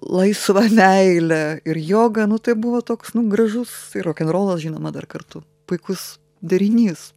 laisva meilė ir joga nu tai buvo toks gražus ir rokenrolas žinoma dar kartu puikus derinys